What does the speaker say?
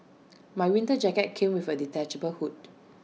my winter jacket came with A detachable hood